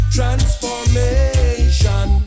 Transformation